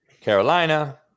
Carolina